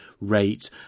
rate